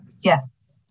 Yes